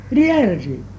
reality